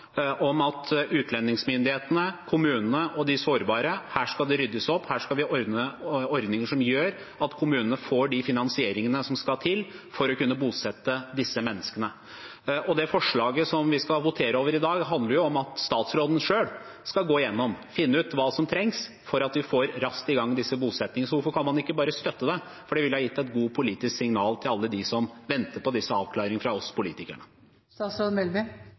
utlendingsmyndighetene, kommunene og de sårbare: Her skal det ryddes opp, her skal vi finne ordninger som gjør at kommunene får de finansieringene som skal til for å kunne bosette disse menneskene. Det forslaget som vi skal votere over i dag, handler jo om at statsråden selv skal gjennomgå, finne ut hva som trengs for at vi skal komme raskt i gang med å bosette. Så hvorfor kan man ikke bare støtte det, for det ville ha gitt et godt politisk signal til alle dem som venter på avklaring fra oss